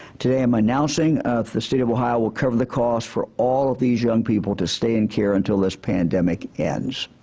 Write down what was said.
today i'm announcing the state of ohio will cover the costs for all these young people to stay in care until this pandemic ends